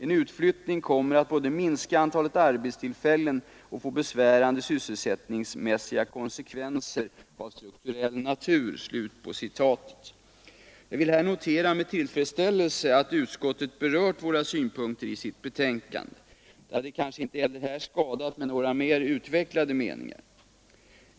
En utflyttning kommer att både minska antalet arbetstillfällen och få besvärande sysselsättningsmässiga konsekvenser av strukturell natur.” Jag noterar med tillfredsställelse att utskottet i sitt betänkande berört våra synpunkter. Det hade kanske inte heller här skadat med något mer utvecklade meningar.